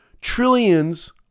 trillions